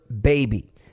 baby